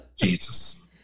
Jesus